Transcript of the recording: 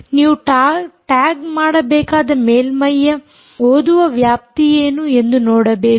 ನೀವು ಟ್ಯಾಗ್ ಮಾಡಬೇಕಾದ ಮೇಲ್ಮೈಯ ಓದುವ ವ್ಯಾಪ್ತಿಯೇನು ಎಂದು ನೋಡಬೇಕು